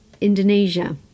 Indonesia